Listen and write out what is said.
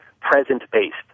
present-based